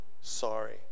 sorry